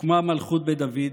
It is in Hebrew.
הוקמה מלכות בית דוד,